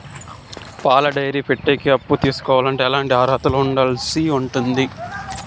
పాల డైరీ పెట్టేకి అప్పు తీసుకోవాలంటే ఎట్లాంటి అర్హతలు ఉండాలి సెప్పండి?